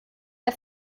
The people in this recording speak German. der